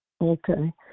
Okay